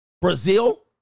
Brazil